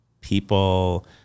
people